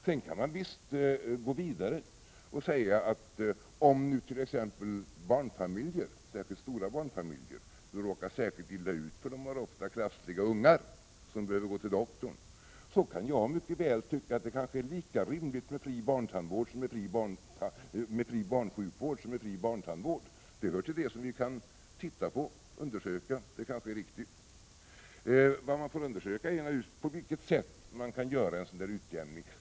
Sedan kan man gå vidare och säga att det t.ex. är barnfamiljerna, familjer med många barn, som råkar särskilt illa ut. De har ofta krassliga ungar, som behöver gå till doktorn. Jag kan mycket väl tycka att det kanske är lika rimligt med fri barnsjukvård som med fri barntandvård. Det hör till det som vi kan undersöka — det kanske är riktigt. Vad man får undersöka är på vilket sätt man kan göra en sådan utjämning.